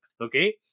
Okay